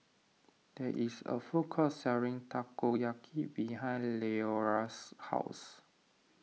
there is a food court selling Takoyaki behind Leora's house